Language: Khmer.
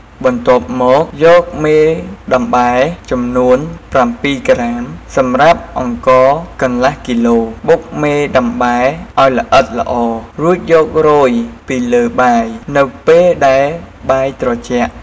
បន្ទាប់មកយកមេដំបែ ចំនួន៧ក្រាមសម្រាប់អង្ករកន្លះគីឡូ បុកមេដំបែឱ្យល្អិតល្អ រួចយករោយពីលើបាយ នៅពេលដែលបាយត្រជាក់។